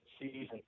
season